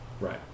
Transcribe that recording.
Right